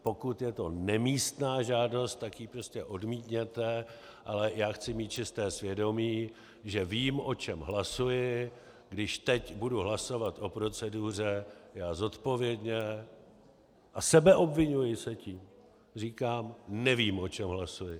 Pokud je to nemístná žádost, tak ji prostě odmítněte, ale já chci mít čisté svědomí, že vím, o čem hlasuji, když teď budu hlasovat o proceduře, já zodpovědně, a sebeobviňuji se tím, říkám: Nevím o čem hlasuji.